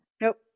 Nope